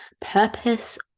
purpose